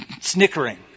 snickering